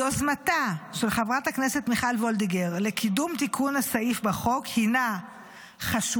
יוזמתה של חברת הכנסת מיכל וולדיגר לקידום תיקון הסעיף בחוק הינה חשובה